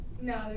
No